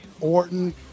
Orton